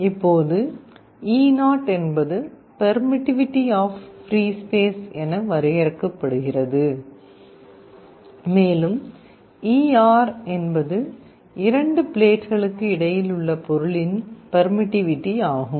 இப்போது e 0 என்பது permittivity of free space என வரையறுக்கப்படுகிறது மேலும் e r என்பது இரண்டு பிளேட்களுக்கு இடையில் உள்ள பொருளின் பெர்மிட்டிவிட்டி ஆகும்